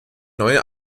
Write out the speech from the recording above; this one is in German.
neue